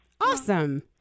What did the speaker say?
Awesome